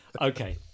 Okay